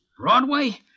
Broadway